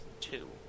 two